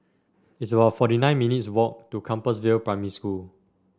it's about forty nine minutes' walk to Compassvale Primary School